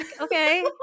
okay